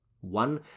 One